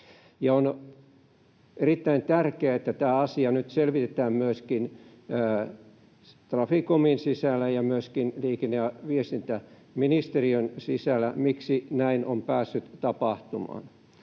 On erittäin tärkeää, että tämä asia nyt selvitetään myöskin Traficomin sisällä ja myöskin liikenne- ja viestintäministeriön sisällä, miksi näin on päässyt tapahtumaan.